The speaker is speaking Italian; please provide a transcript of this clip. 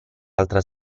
altra